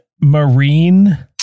Marine